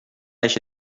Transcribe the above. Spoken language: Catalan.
eixe